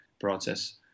process